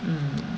mm